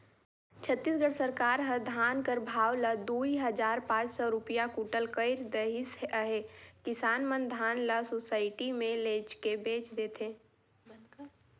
छत्तीसगढ़ सरकार ह धान कर भाव ल दुई हजार पाच सव रूपिया कुटल कइर देहिस अहे किसान मन धान ल सुसइटी मे लेइजके बेच देथे